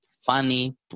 funny